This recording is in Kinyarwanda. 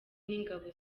n’ingabo